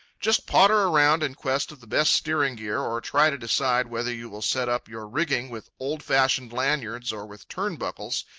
just potter around in quest of the best steering gear, or try to decide whether you will set up your rigging with old-fashioned lanyards or with turnbuckles,